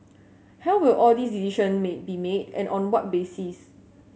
held will all these decision may be made and on what basis